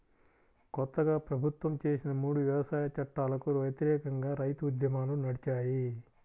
కొత్తగా ప్రభుత్వం చేసిన మూడు వ్యవసాయ చట్టాలకు వ్యతిరేకంగా రైతు ఉద్యమాలు నడిచాయి